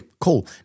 cool